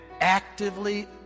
actively